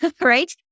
right